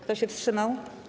Kto się wstrzymał?